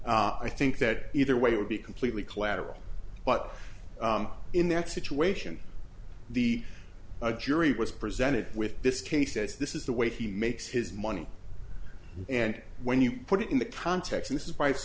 i think that either way it would be completely collateral but in that situation the jury was presented with this case as this is the way he makes his money and when you put it in the context